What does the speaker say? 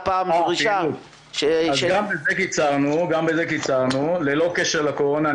אז גם בזה קיצרנו, ללא קשר לקורונה.